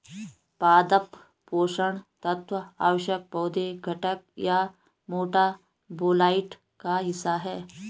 पादप पोषण तत्व आवश्यक पौधे घटक या मेटाबोलाइट का हिस्सा है